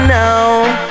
now